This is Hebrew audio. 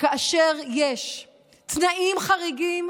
שכאשר יש תנאים חריגים